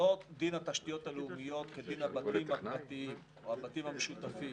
לא דין התשתיות הלאומיות כדין הבתים הפרטיים או הבתים המשותפים.